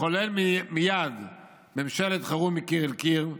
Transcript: לכונן מייד ממשלת חירום מקיר אל קיר.